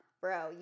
bro